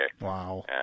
Wow